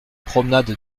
promenade